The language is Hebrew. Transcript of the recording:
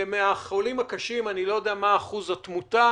ומתוכם אחוז התמותה